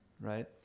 Right